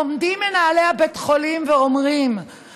עומדים מנהלי בתי החולים ואומרים: